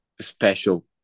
special